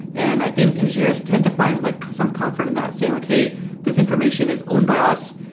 and i think engineers tend to find like some comfort in that saying, okay. this information is owned by us.